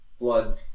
Blood